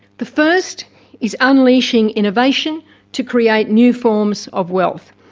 the first is unleashing innovation to create new forms of wealth.